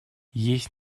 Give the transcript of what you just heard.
есть